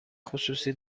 خصوصی